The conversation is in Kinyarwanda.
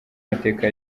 mateka